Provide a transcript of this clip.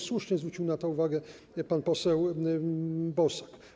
Słusznie zwrócił na to uwagę pan poseł Bosak.